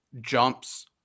jumps